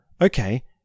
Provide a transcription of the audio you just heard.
okay